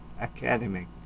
academic